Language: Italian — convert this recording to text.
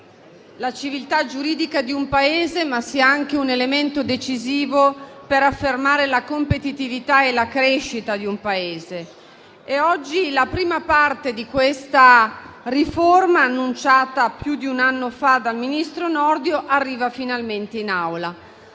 la civiltà giuridica di un Paese, ma sia anche un elemento decisivo per affermarne la competitività e la crescita e oggi la prima parte di questa riforma, annunciata più di un anno fa dal ministro Nordio, arriva finalmente